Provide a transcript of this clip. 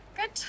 Good